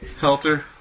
Helter